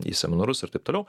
į seminarus ir taip toliau